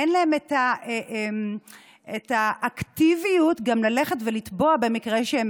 אין להם את האקטיביות ללכת ולתבוע במקרה שהם